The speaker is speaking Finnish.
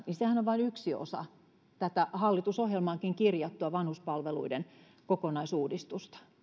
niin sehän on vain yksi osa tätä hallitusohjelmaankin kirjattua vanhuspalveluiden kokonaisuudistusta